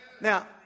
Now